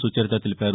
సుచరిత తెలిపారు